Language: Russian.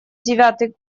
девятый